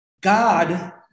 God